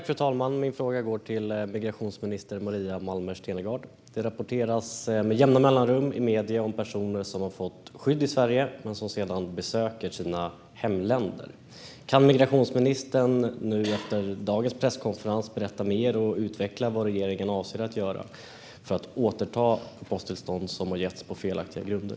Fru talman! Min fråga går till migrationsminister Maria Malmer Stenergard. Det rapporteras med jämna mellanrum i medierna om personer som har fått skydd i Sverige men som sedan besöker sina hemländer. Kan migrationsministern nu efter dagens presskonferens berätta mer och utveckla vad regeringen avser att göra för att återta uppehållstillstånd som har getts på felaktiga grunder?